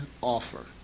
offer